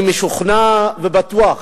אני משוכנע ובטוח,